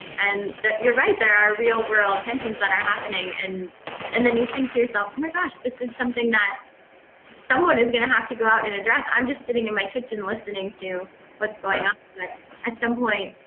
and that you're right, there are real-world tensions that are happening. and and then you think to yourself, oh my gosh, this is something that someone is going to have to go out and address. i'm just sitting in my kitchen listening to what's going on. but at some point,